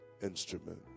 instrument